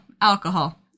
alcohol